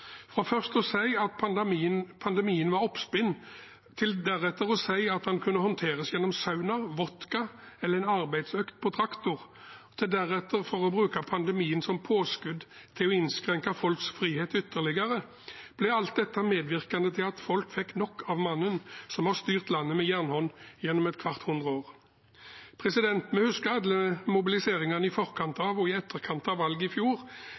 Fra først å si at pandemien var oppspinn til deretter å si at den kunne håndteres med sauna, vodka eller en arbeidsøkt på traktor, til deretter å bruke pandemien som påskudd for å innskrenke folks frihet ytterligere, så ble alt dette medvirkende til at folk fikk nok av mannen som har styrt landet med jernhånd gjennom et kvart hundre år. Vi husker alle mobiliseringen i forkant og etterkant av valget i fjor,